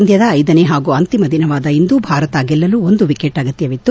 ಪಂದ್ಕದ ಐದನೇ ಹಾಗೂ ಅಂತಿಮ ದಿನವಾದ ಇಂದು ಭಾರತ ಗೆಲ್ಲಲು ಒಂದು ವಿಕೆಟ್ ಅಗತ್ಕವಿತ್ತು